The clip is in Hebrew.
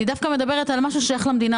אני דווקא מדברת על משהו ששייך למדינה,